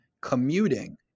commuting